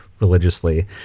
religiously